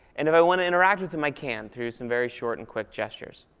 and if i want to interact with him, i can, through some very short and quick gestures.